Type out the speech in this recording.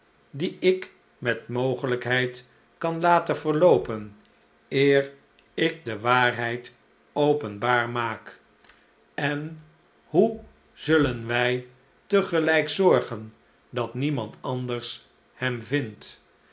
die ik met mogelijkheid kan laten verloopen eer ik de waarheid openbaar maak en hoe zullen wij tegelijk zorgen dat niemand anders hem vindt